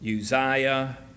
Uzziah